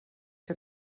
que